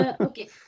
okay